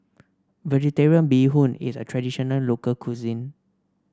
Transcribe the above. vegetarian Bee Hoon is a traditional local cuisine